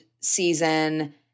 season